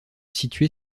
situé